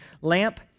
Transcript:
lamp